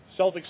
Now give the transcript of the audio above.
Celtics